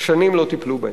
ששנים לא טיפלו בהם.